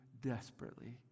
desperately